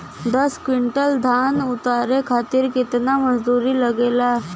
दस क्विंटल धान उतारे खातिर कितना मजदूरी लगे ला?